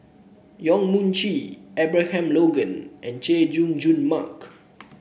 Yong Mun Chee Abraham Logan and Chay Jung Jun Mark